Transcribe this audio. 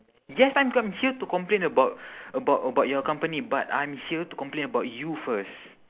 yes I'm I'm here to complain about about about your company but I'm here to complain about you first